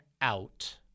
out